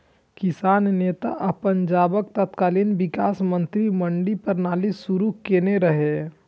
किसान नेता आ पंजाबक तत्कालीन विकास मंत्री मंडी प्रणाली शुरू केने रहै